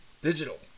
Digital